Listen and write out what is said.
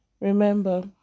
remember